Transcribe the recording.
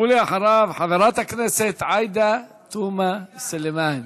ואחריו, חברת הכנסת עאידה תומא סלימאן.